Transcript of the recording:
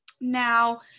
Now